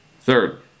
third